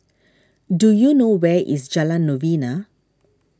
do you know where is Jalan Novena